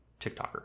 TikToker